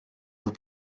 vous